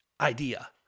idea